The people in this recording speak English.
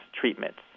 treatments